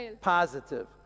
positive